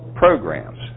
Programs